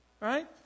Right